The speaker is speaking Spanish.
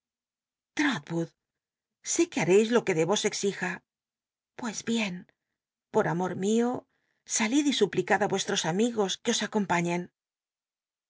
sé que bareis lo que de vos exija i pues bien por amor mio salid y suplicad nrcstros amigos c uc os acompaiícn